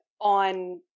on